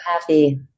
happy